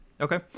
Okay